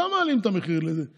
גם הם מעלים את המחיר לדירה,